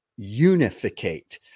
unificate